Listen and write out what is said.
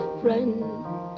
friend